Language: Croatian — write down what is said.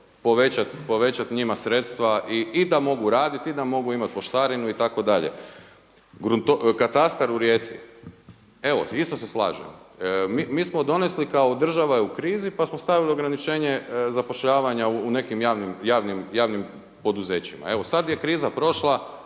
povećati njima sredstva i da mogu raditi i da mogu imati poštarinu itd. Katastar u Rijeci, evo isto se slažem. Mi smo donesli, kao država je u krizi pa smo stavili ograničenje zapošljavanja u nekim javnim poduzećima. Evo sad je kriza prošla,